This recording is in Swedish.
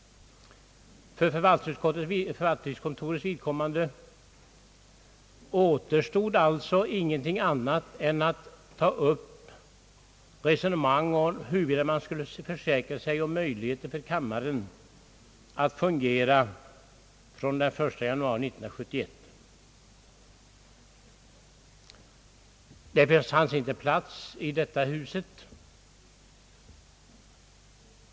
För förvaltningskontorets vidkommande återstod alltså ingenting annat än att ta upp resonemang om hur man skulle försäkra sig om möjligheter för kammaren att fungera från och med den 1 januari 1971. Det finns inte plats i detta hus.